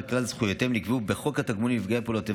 וכלל זכויותיהם נקבעו בחוק התגמולים לנפגעי פעולות איבה,